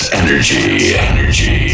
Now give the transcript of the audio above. energy